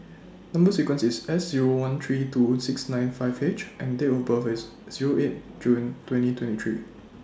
Number sequence IS S Zero one three two six nine five H and Date of birth IS Zero eight June twenty twenty three